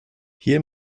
hier